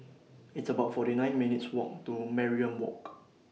It's about forty nine minutes' Walk to Mariam Walk